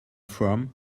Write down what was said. from